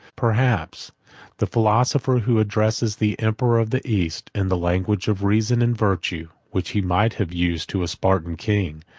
perhaps the philosopher who addresses the emperor of the east in the language of reason and virtue, which he might have used to a spartan king,